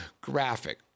graphic